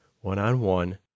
one-on-one